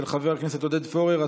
של חבר הכנסת עודד פורר.